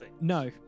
No